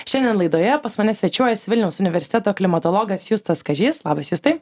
šiandien laidoje pas mane svečiuojasi vilniaus universiteto klimatologas justas kažys labas justai